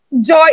joy